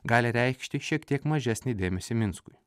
gali reikšti šiek tiek mažesnį dėmesį minskui